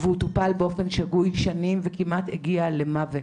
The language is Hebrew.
הוא טופל באופן שגוי במשך שנים וכמעט הגיע למוות.